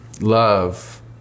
love